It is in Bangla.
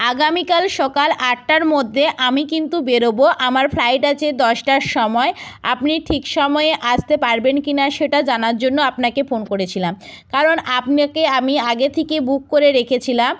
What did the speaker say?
আগামীকাল সকাল আটটার মধ্যে আমি কিন্তু বেরবো আমার ফ্লাইট আছে দশটার সময় আপনি ঠিক সময়ে আসতে পারবেন কি না সেটা জানার জন্য আপনাকে ফোন করেছিলাম কারণ আপনাকে আমি আগে থেকে বুক করে রেখেছিলাম